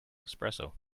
espresso